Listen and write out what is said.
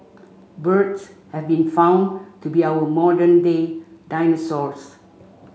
birds have been found to be our modern day dinosaurs